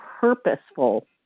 purposeful